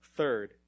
Third